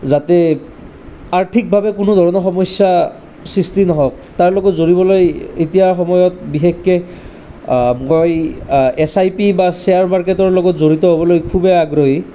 যাতে আৰ্থিকভাৱে কোনোধৰণৰ সমস্যা সৃষ্টি নহওক তাৰ লগত যুঁজিবলৈ এতিয়া সময়ত বিশেষকৈ মই এচ আই পি বা শ্বেয়াৰ মাৰ্কেটৰ লগত জড়িত হ'বলৈ খুবেই আগ্ৰহী